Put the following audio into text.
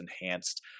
enhanced